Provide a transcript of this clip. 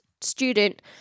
student